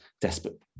desperate